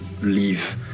leave